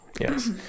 Yes